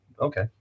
Okay